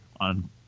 on